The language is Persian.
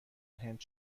هند